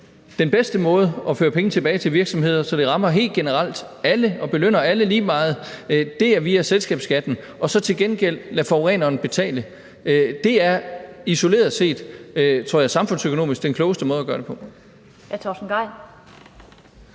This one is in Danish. den bedste måde at føre penge tilbage til virksomhederne på, så det rammer helt generelt og belønner alle lige meget, er via selskabsskatten – og så til gengæld lade forureneren betale. Det er isoleret set og samfundsøkonomisk den klogeste måde at gøre det på.